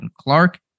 Clark